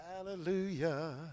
Hallelujah